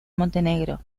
montenegro